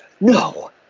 no